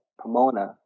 Pomona